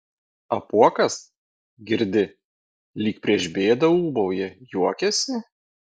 apuokas girdi lyg prieš bėdą ūbauja juokiasi